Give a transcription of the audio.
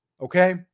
Okay